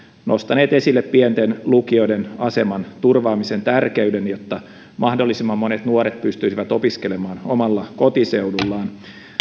nostaneet esille pienten lukioiden aseman turvaamisen tärkeyden jotta mahdollisimman monet nuoret pystyisivät opiskelemaan omalla kotiseudullaan